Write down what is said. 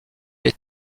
les